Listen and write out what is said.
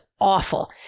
awful